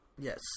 Yes